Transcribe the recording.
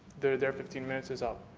their their fifteen minutes is up.